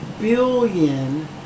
billion